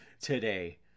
today